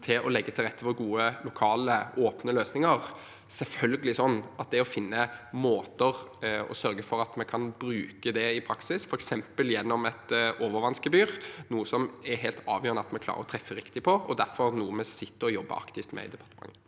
til å legge til rette for gode lokale åpne løsninger, selvfølgelig slik at det å finne måter for å sørge for at vi kan bruke det i praksis, f.eks. gjennom et overvannsgebyr, er noe som er helt avgjørende at vi klarer å treffe riktig på, og derfor noe vi sitter og jobber aktivt med i departementet.